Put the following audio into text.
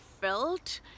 felt